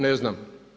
Ne znam.